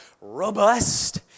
robust